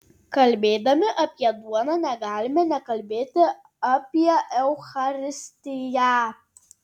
kalbėdami apie duoną negalime nekalbėti apie eucharistiją